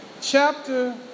Chapter